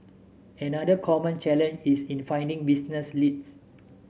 another common challenge is in finding business leads